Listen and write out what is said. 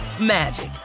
magic